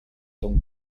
ton